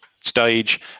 stage